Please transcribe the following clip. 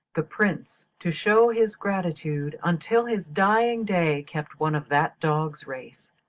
the prince, to show his gratitude, until his dying day kept one of that dog's race,